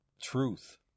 truth